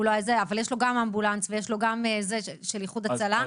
אבל יש לו גם אמבולנס והוא גם כונן של איחוד הצלה.